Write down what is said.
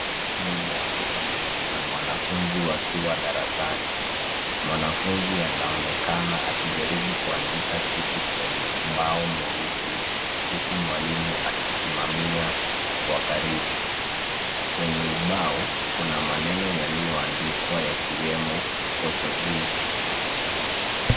Ni mwalimu, na mwanafunzi wakiwa darasani, mwanafunzi anaonekana akijaribu kuandika kitu kwenye ubao mweusi, huku mwalimu akisimamia kwa karibu. Kwenye ubao kuna maneno yalioandikwa yakiwemo Portuguese .